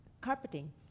carpeting